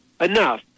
enough